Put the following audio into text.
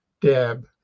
Deb